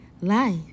Life